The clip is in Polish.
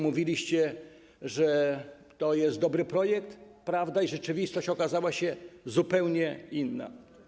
Mówiliście, że to jest dobry projekt, a rzeczywistość okazała się zupełnie inna.